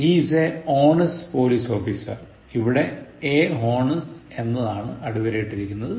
He is a honest police officer ഇവിടെ a honest എന്നതാണ് അടിവരയിട്ടിരിക്കുന്നത്